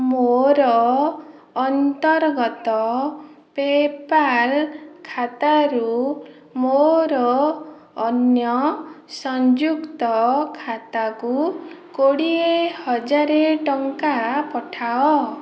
ମୋର ଅନ୍ତର୍ଗତ ପେ'ପାଲ୍ ଖାତାରୁ ମୋର ଅନ୍ୟ ସଂଯୁକ୍ତ ଖାତାକୁ କୋଡ଼ିଏ ହଜାର ଟଙ୍କା ପଠାଅ